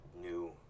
new